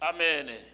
Amen